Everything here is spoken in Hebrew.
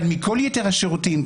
אבל מכל יתר השירותים,